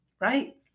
right